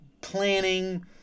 planning